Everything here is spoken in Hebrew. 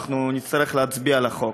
אנחנו נצטרך להצביע על החוק.